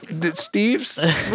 Steve's